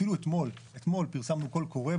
אפילו אתמול פרסמנו קול קורא,